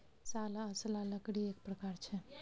साल आ असला लकड़ीएक प्रकार छै